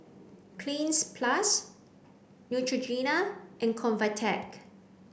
Cleanz plus Neutrogena and Convatec